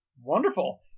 Wonderful